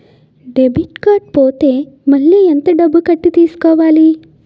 Debit card పోతే మళ్ళీ ఎంత డబ్బు కట్టి తీసుకోవాలి?